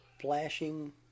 flashing